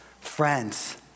Friends